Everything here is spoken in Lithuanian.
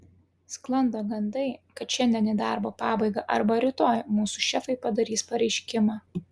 sklando gandai kad šiandien į darbo pabaigą arba rytoj mūsų šefai padarys pareiškimą